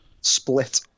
Split